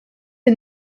est